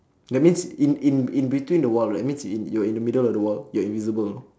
that means in in in between the wall right means in you're in the middle of the wall you're invisible